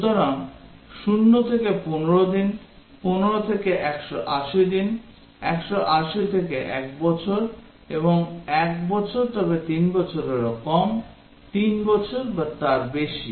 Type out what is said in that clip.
সুতরাং 0 থেকে 15 দিন 15 থেকে 180 দিন 180 থেকে 1 বছর এবং 1 বছর তবে 3 বছরেরও কম 3 বছর বা তার বেশি